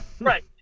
Right